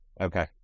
Okay